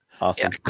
Awesome